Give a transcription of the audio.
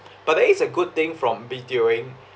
but is a good thing from B_T_Oing